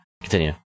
continue